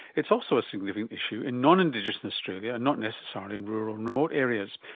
it's also a significant issue in non-indigenous australia and not necessarily in rural and remote areas,